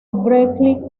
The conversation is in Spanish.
berklee